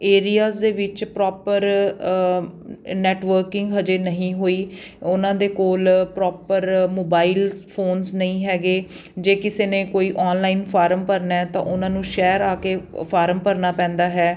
areas ਦੇ ਵਿੱਚ proper networking ਹਜੇ ਨਹੀਂ ਹੋਈ ਉਹਨਾਂ ਦੇ ਕੋਲ ਪ੍ਰੋਪਰ ਮੋਬਾਈਲ ਫੋਨਸ ਨਹੀਂ ਹੈਗੇ ਜੇ ਕਿਸੇ ਨੇ ਕੋਈ ਔਨਲਾਈਨ ਫਾਰਮ ਭਰਨਾ ਤਾਂ ਉਹਨਾਂ ਨੂੰ ਸ਼ਹਿਰ ਆ ਕੇ ਫਾਰਮ ਭਰਨਾ ਪੈਂਦਾ ਹੈ